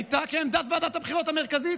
הייתה כעמדת ועדת הבחירות המרכזית.